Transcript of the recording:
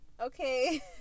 okay